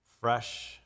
fresh